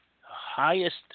highest